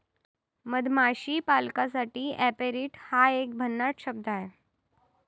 मधमाशी पालकासाठी ऍपेरिट हा एक भन्नाट शब्द आहे